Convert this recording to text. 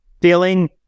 feeling